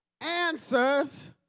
answers